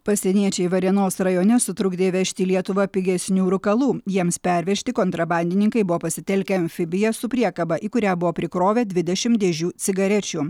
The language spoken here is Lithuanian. pasieniečiai varėnos rajone sutrukdė įvežti į lietuvą pigesnių rūkalų jiems pervežti kontrabandininkai buvo pasitelkę amfibiją su priekaba į kurią buvo prikrovę dvidešimt dėžių cigarečių